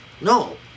No